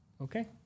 okay